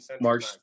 March